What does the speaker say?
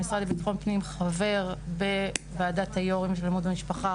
המשרד לביטחון פנים חבר בוועדת היו"רים של אלימות במשפחה,